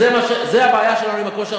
זו הבעיה שלנו עם הקריטריון